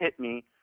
HITME